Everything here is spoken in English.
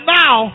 now